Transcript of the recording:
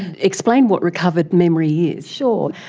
explain what recovered memory is. sure.